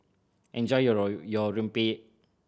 enjoy your your rempeyek